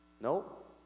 Nope